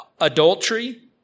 adultery